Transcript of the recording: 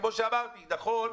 נכון,